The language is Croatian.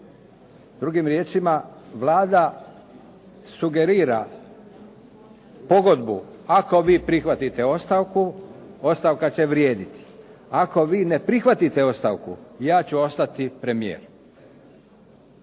Drugim riječima Vlada sugerira pogodbu, ako vi prihvatite ostavku, ostavka će vrijediti. Ako vi ne prihvatite ostavku ja ću ostati premijer.